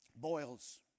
Boils